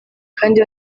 kandi